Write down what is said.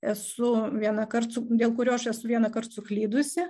esu vienąkart dėl kurio aš esu vienąkart suklydusi